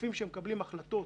גופים שמקבלים החלטות